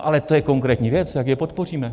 Ale to je konkrétní věc, jak je podpoříme.